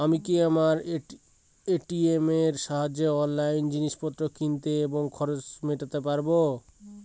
আমি কি আমার এ.টি.এম এর সাহায্যে অনলাইন জিনিসপত্র কিনতে এবং তার খরচ মেটাতে পারব?